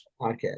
podcast